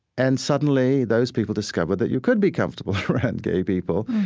and suddenly those people discovered that you could be comfortable around gay people.